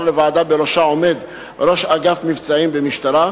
לוועדה שבראשה עומד ראש אגף מבצעים במשטרה,